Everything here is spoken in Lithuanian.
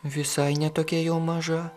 visai ne tokia jau maža